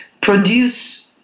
produce